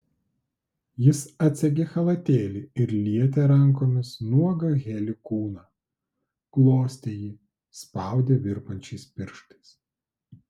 jis atsegė chalatėlį ir lietė rankomis nuogą heli kūną glostė jį spaudė virpančiais pirštais